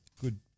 good